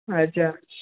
अच्छा